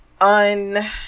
un